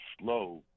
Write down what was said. slow